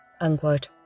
unquote